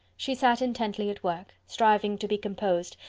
she sat intently at work, striving to be composed,